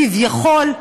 כביכול,